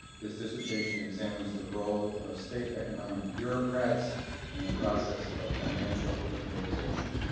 his dissertation examines the role of state economic bureaucrats in the process of financial liberalization.